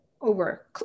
Over